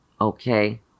Okay